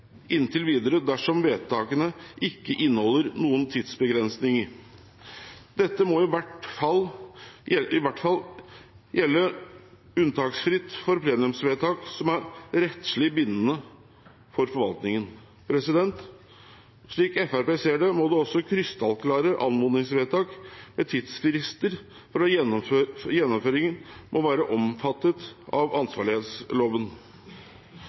inntil videre dersom vedtaket ikke inneholder noen tidsbegrensning. Dette må i hvert fall gjelde unntaksfritt for plenumsvedtak som er rettslig bindende for forvaltningen.» Slik Fremskrittspartiet ser det, må det også være krystallklare anmodningsvedtak med tidsfrister for å at gjennomføringen skal være omfattet av